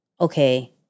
okay